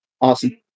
Awesome